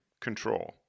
control